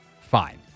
fine